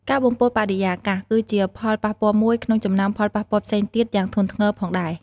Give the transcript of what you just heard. ការបំពុលបរិយាកាស គឺជាផលប៉ះពាល់មួយក្នុងចំណោមផលប៉ះពាល់ផ្សេងទៀតយ៉ាងធ្ងន់ធ្ងរផងដែរ។